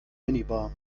minibar